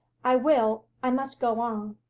i will i must go on!